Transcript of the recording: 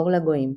אור לגויים".